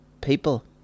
people